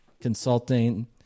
consulting